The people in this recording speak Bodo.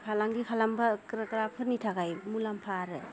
फालांगि खालामग्राफोरनि थाखाय मुलाम्फा आरो